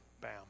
bam